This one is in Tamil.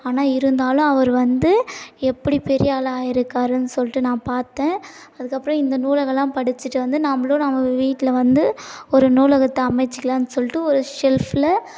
ஆனால் இருந்தாலும் அவர் வந்து எப்படி பெரிய ஆளாக ஆயிருக்காருனு சொல்லிட்டு நான் பார்த்தேன் அதுக்கப்புறோம் இந்த நூலகமெலாம் படிச்சுட்டு வந்து நம்பளும் நம்ம வீட்டில் வந்து ஒரு நூலகத்தை அமைச்சுக்கலாம் சொல்லிட்டு ஒரு ஷெல்ஃபில்